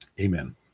Amen